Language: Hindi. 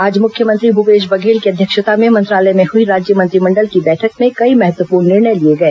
आज मुख्यमंत्री भूपेश बघेल की अध्यक्षता में मंत्रालय में हुई राज्य मंत्रिमंडल की बैठक में कई महत्वपूर्ण निर्णय लिए गए